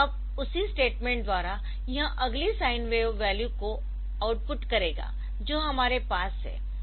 तो अब उसी स्टेटमेंट द्वारा यह अगली साइन वेव वैल्यू को आउटपुट करेगा जो हमारे पास है